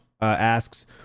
asks